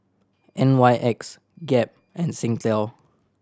N Y X Gap and Singtel